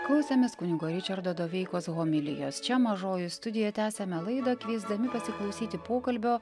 klausėmės kunigo ričardo doveikos homilijos čia mažoji studija tęsiame laidą kviesdami pasiklausyti pokalbio